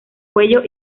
cuello